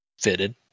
fitted